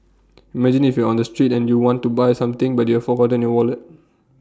imagine if you're on the street and you want to buy something but you've forgotten your wallet